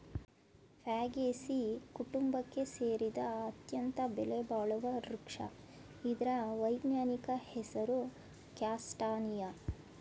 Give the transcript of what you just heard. Fagaceae ಕುಟುಂಬಕ್ಕೆ ಸೇರಿದ ಅತ್ಯಂತ ಬೆಲೆಬಾಳುವ ವೃಕ್ಷ ಇದ್ರ ವೈಜ್ಞಾನಿಕ ಹೆಸರು ಕ್ಯಾಸ್ಟಾನಿಯ